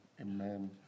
Amen